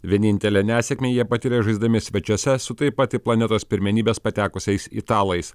vienintelę nesėkmę jie patiria žaisdami svečiuose su taip pat į planetos pirmenybes patekusiais italais